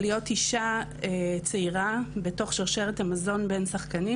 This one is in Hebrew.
להיות אישה צעירה בתוך שרשרת המזון בין שחקנים